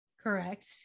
Correct